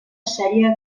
sèrie